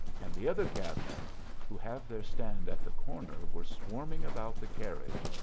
and the other cabmen who have their stand at the corner were swarming about the carriage,